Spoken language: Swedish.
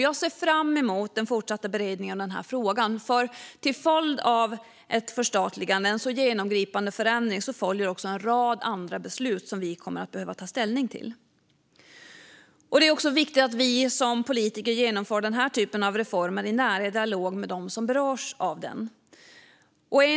Jag ser fram emot den fortsatta beredningen av frågan, för med en så genomgripande förändring följer också en rad andra beslut vi kommer att behöva ta ställning till. Det är också viktigt att vi politiker genomför denna typ av reformer i nära dialog med dem som berörs av dem.